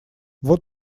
вот